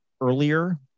earlier